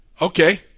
Okay